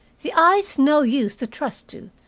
the eye's no use to trust to,